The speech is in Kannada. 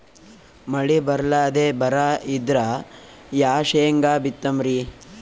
ಮಳಿ ಬರ್ಲಾದೆ ಬರಾ ಬಿದ್ರ ಯಾ ಶೇಂಗಾ ಬಿತ್ತಮ್ರೀ?